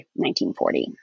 1940